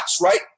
right